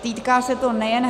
Týká se to nejen